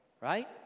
right